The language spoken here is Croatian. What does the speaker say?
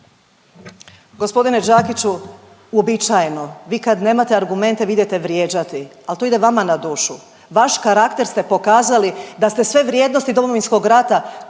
Gospodine Đakiću, uobičajeno, vi kad nemate argumente vi idete vrijeđati, al to ide vama na dušu. Vaš karakter ste pokazali da ste sve vrijednosti Domovinskog rata